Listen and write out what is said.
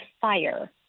fire